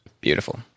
Beautiful